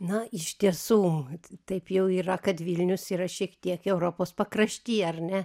na iš tiesų taip jau yra kad vilnius yra šiek tiek europos pakrašty ar ne